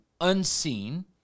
unseen